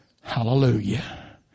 Hallelujah